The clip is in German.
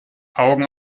augen